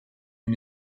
and